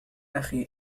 أخي